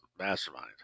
mastermind